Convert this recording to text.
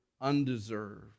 undeserved